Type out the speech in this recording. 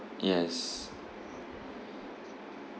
yes